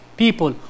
people